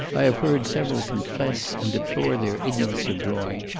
i have heard several confess and deplore their ignorance of drawing,